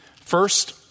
First